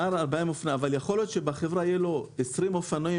מעל 40 אופנועים אבל גם אם בחברה יהיו 20 אופנועים